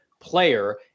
player